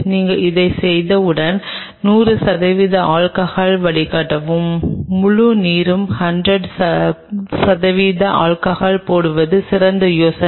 நீங்கள் இதைச் செய்தவுடன் 100 சதவிகிதம் ஆல்கஹால் வடிகட்டவும் முழு நீரும் 100 சதவிகித ஆல்கஹால் போடுவது சிறந்த யோசனை